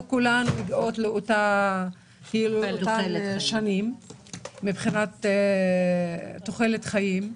לא כולן מגיעות לאותן שנים מבחינת תוחלת החיים.